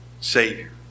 Savior